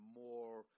more